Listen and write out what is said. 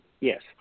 yes